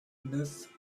neuf